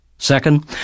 Second